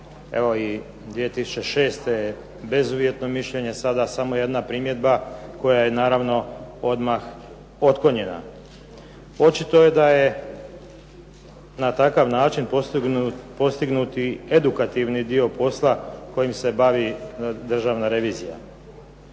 evo i 2006. bezuvjetno mišljenje sada, a samo jedna primjedba koja je naravno odmah otklonjena. Očito je da je na takav način postignut i edukativni dio posla kojim se bavi državna revizija.